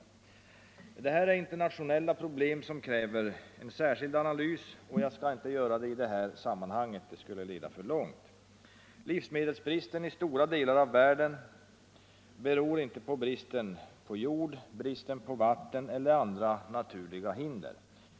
Detta är internationella problem som kräver särskild analys, men jag skall inte göra någon sådan i det här sammanhanget. Det skulle leda alltför långt. Livsmedelsbristen i stora delar av världen beror inte på bristen på jord, bristen på vatten eller på andra naturliga hinder.